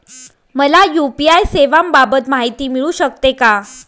मला यू.पी.आय सेवांबाबत माहिती मिळू शकते का?